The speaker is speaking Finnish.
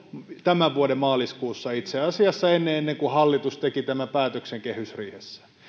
tämän vuoden maaliskuussa itse asiassa ennen kuin hallitus teki tämän päätöksen kehysriihessä